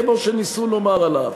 כמו שניסו לומר עליו,